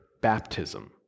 baptism